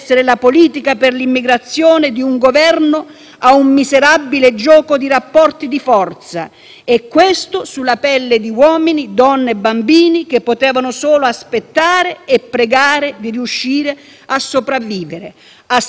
e questo sulla pelle di uomini, donne e bambini che potevano solo aspettare e pregare di riuscire a sopravvivere e non morire. *(Applausi dal Gruppo PD).* E vengo alla seconda considerazione: